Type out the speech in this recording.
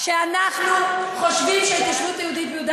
שאנחנו חושבים שההתיישבות היהודית ביהודה